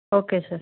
okay sir